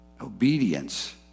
Obedience